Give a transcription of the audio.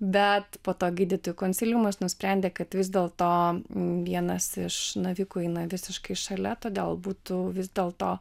bet po to gydytojų konsiliumas nusprendė kad vis dėlto vienas iš navikų eina visiškai šalia todėl būtų vis dėl to